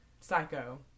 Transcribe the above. psycho